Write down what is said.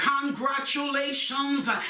congratulations